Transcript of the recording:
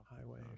highway